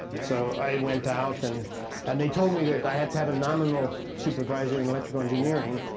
so i went out. and and they told me that i had to have a nominal supervisor in electrical engineering,